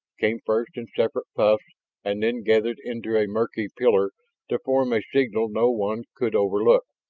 came first in separate puffs and then gathered into a murky pillar to form a signal no one could overlook.